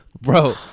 Bro